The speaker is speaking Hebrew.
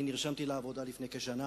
אני נרשמתי לעבודה לפני כשנה,